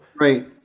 right